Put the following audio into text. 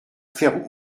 faire